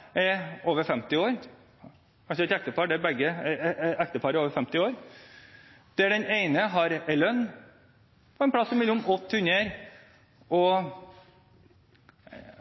over 50 år og et ungt nyutdannet par: når det gjelder ekteparet, der den ene har en lønn på et sted mellom 800 000 kr og